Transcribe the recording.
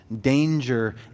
danger